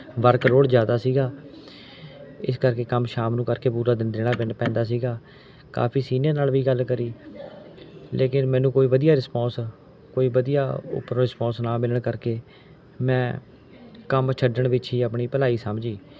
work load ਜ਼ਿਆਦਾ ਸੀਗਾ ਇਸ ਕਰਕੇ ਕੰਮ ਸ਼ਾਮ ਨੂੰ ਕਰਕੇ ਪੂਰਾ ਦੇਨ ਦੇਣਾ ਪੈਨ ਪੈਂਦਾ ਸੀਗਾ ਕਾਫ਼ੀ ਸੀਨੀਅਰ ਨਾਲ ਵੀ ਗੱਲ ਕਰੀ ਲੇਕਿਨ ਮੈਨੂੰ ਕੋਈ ਵਧੀਆ ਰਿਸਪੌਂਸ ਕੋਈ ਵਧੀਆ ਉੱਪਰੋਂ ਰਿਸਪੌਂਸ ਨਾ ਮਿਲਣ ਕਰਕੇ ਮੈਂ ਕੰਮ ਛੱਡਣ ਵਿੱਚ ਹੀ ਆਪਣੀ ਭਲਾਈ ਸਮਝੀ